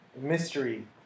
Mystery